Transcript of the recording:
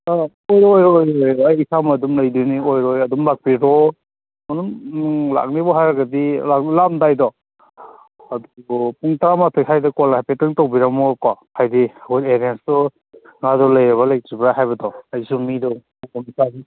ꯑꯥ ꯑꯣꯏꯔꯣꯏ ꯑꯣꯏꯔꯣꯏ ꯂꯩ ꯑꯩ ꯏꯁꯥꯃꯛ ꯑꯗꯨꯝ ꯂꯩꯗꯨꯏꯅꯤ ꯑꯣꯏꯔꯣꯏ ꯑꯗꯨꯝ ꯂꯥꯛꯄꯤꯔꯣ ꯑꯗꯨꯝ ꯂꯥꯛꯅꯦꯕꯨ ꯍꯥꯏꯔꯒꯗꯤ ꯂꯥꯛꯑꯝꯗꯥꯏꯗꯣ ꯑꯗꯨꯗꯣ ꯄꯨꯡ ꯇꯔꯥꯃꯥꯊꯣꯏ ꯁ꯭ꯋꯥꯏꯗ ꯀꯣꯜ ꯍꯥꯏꯐꯦꯠꯇꯪ ꯇꯧꯕꯤꯔꯝꯃꯣꯕꯀꯣ ꯍꯥꯏꯗꯤ ꯑꯩꯈꯣꯏ ꯑꯦꯔꯦꯟꯁꯇꯣ ꯉꯥꯗꯨ ꯂꯩꯔꯤꯕ꯭ꯔꯥ ꯂꯩꯇ꯭ꯔꯤꯕ꯭ꯔꯥ ꯍꯥꯏꯕꯗꯣ ꯑꯩꯁꯨ ꯃꯤꯗꯣ